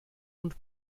und